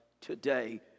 today